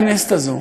לכנסת הזאת,